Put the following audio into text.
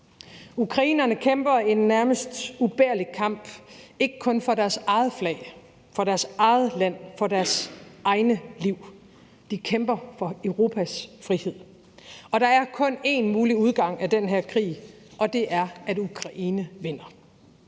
Ukrainerne kæmper en nærmest ubærlig kamp og ikke kun for deres eget flag, for deres eget land og for deres eget liv. De kæmper for Europas frihed, og der er kun én mulig udgang af den her krig, og det er, at Ukraine vinder.